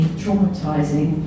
traumatizing